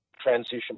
transition